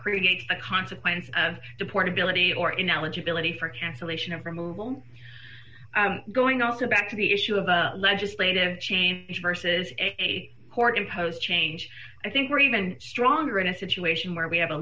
creates the consequence of the portability or in eligibility for cancellation of removal going up to back to the issue of a legislative change versus a court imposed change i think we're even stronger in a situation where we have a